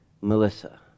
Melissa